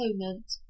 opponent